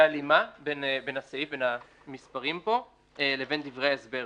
הלימה בין המספרים פה לבין דברי ההסבר.